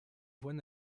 voies